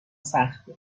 سخته